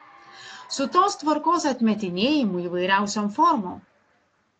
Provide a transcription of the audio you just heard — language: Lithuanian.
su tos tvarkos atmetinėjimu įvairiausiom formom